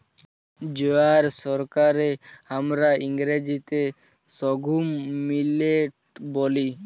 জয়ার শস্যকে হামরা ইংরাজিতে সর্ঘুম মিলেট ব্যলি